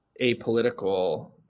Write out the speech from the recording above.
apolitical